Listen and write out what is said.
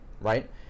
right